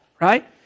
Right